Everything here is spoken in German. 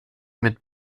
mit